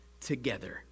together